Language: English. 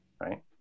right